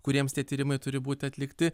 kuriems tie tyrimai turi būti atlikti